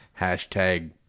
hashtag